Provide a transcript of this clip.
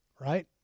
Right